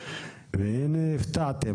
והנה הפתעתם,